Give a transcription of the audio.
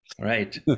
Right